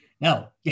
Now